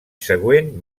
següent